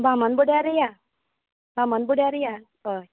बामणबूड्यार या बामणबूड्यार या